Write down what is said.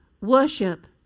worship